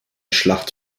schlacht